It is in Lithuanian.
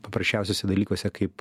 paprasčiausiuose dalykuose kaip